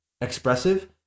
expressive